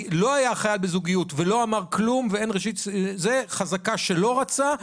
לא היה החייל בזוגיות ולא אמר כלום ואין ראשית ראייה חזקה שלא רצה,